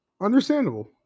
Understandable